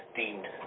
deemed